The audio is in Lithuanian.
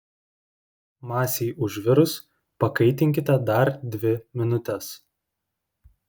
masei užvirus pakaitinkite dar dvi minutes